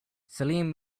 salim